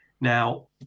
Now